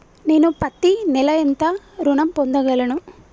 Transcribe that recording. నేను పత్తి నెల ఎంత ఋణం పొందగలను?